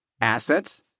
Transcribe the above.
assets